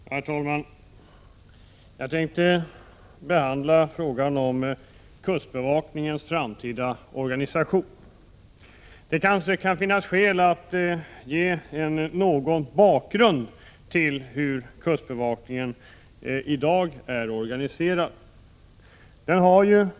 Herr talman! Jag tänker behandla frågan om kustbevakningens framtida organisation. Det kanske kan finnas skäl att ge en liten bakgrund till hur kustbevakningen i dag är organiserad.